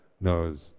knows